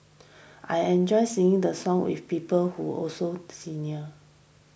I enjoy singing the songs with people who also senior